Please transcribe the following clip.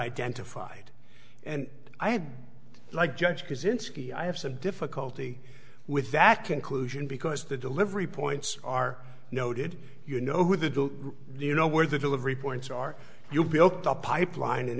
identified and i have like judge kozinski i have some difficulty with that conclusion because the delivery points are noted you know who the do you know where the delivery points are you built a pipeline and